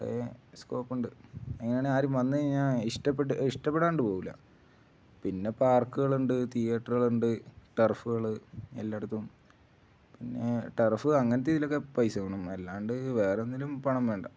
കുറേ സ്കോപ്പുണ്ട് അങ്ങനെയാണെങ്കില് ആരും വന്നുകഴിഞ്ഞാൻ ഇഷ്ടപ്പെട്ട് ഇഷ്ടപ്പെടാണ്ട് പോവുകയില്ല പിന്നെ പാർക്കുകളുണ്ട് തിയേറ്ററുകളുണ്ട് ടർഫുകള് എല്ലായിടത്തും പിന്നെ ടർഫ് അങ്ങനത്തെ ഇതിലൊക്കെ പൈസ വേണം അല്ലാണ്ട് വേറൊന്നിലും പണം വേണ്ട